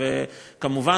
וכמובן,